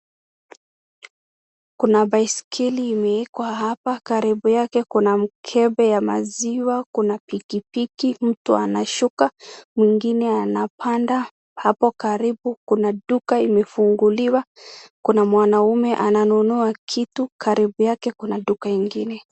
Kuna baiskeli imewekwa hapa. Karibu yake kuna mkebe ya maziwa, kuna pikipiki. Mtu anashuka, mwingine anapanda. Hapo karibu kuna duka imefunguliwa. Kuna mwanaume ananunua kitu, karibu yake kuna duka ingine.